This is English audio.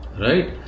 Right